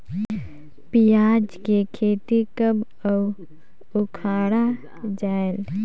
पियाज के खेती कब अउ उखाड़ा जायेल?